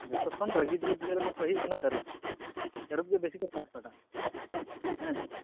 ᱡᱚᱛᱚ ᱠᱷᱚᱱ ᱨᱟᱹᱜᱤ ᱡᱤᱵᱽ ᱡᱤᱭᱟᱹᱞᱤ ᱫᱚᱠᱚ ᱦᱩᱭᱩᱜ ᱠᱟᱱᱟ ᱛᱟᱹᱨᱩᱵᱽ ᱛᱟᱹᱨᱩᱵᱽ ᱜᱮ ᱵᱮᱥᱤ ᱠᱚ ᱯᱷᱟᱴᱯᱷᱟᱴᱟᱜᱼᱟ ᱦᱮᱸ